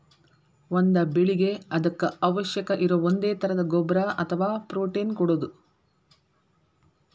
ಒಂದ ಬೆಳಿಗೆ ಅದಕ್ಕ ಅವಶ್ಯಕ ಇರು ಒಂದೇ ತರದ ಗೊಬ್ಬರಾ ಅಥವಾ ಪ್ರೋಟೇನ್ ಕೊಡುದು